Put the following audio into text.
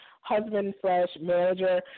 husband-slash-manager